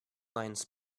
lines